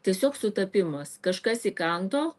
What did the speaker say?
tiesiog sutapimas kažkas įkando